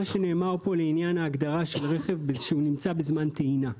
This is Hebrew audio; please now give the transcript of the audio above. מה שנאמר פה לעניין ההגדרה של רכב שנמצא בזמן טעינה.